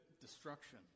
destruction